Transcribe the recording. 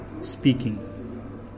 speaking